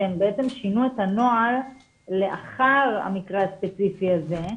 שהם בעצם שינו את הנוהל לאחר המקרה הספציפי הזה.